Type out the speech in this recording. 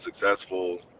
successful